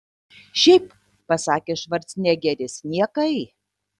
šiaip pasakė švarcnegeris niekai